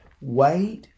Wait